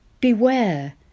Beware